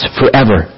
forever